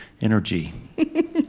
energy